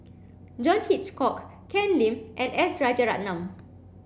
John Hitchcock Ken Lim and S Rajaratnam